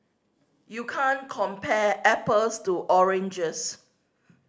you can't compare apples to oranges